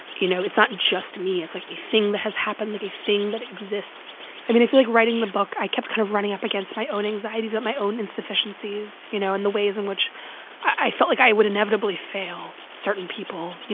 you know, it's not just me it's, like, a thing that has happened, like, a thing that exists i mean, i feel like writing the book i kept kind of running up against my own anxieties and but my own insufficiencies, you know, and the ways in which i felt like i would inevitably fail certain people. you